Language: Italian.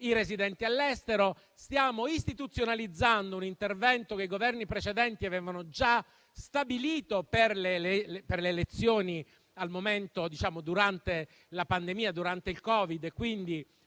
i residenti all'estero; stiamo istituzionalizzando un intervento che i Governi precedenti avevano già stabilito per le elezioni durante la pandemia del Covid: